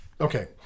Okay